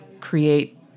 create